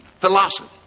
philosophy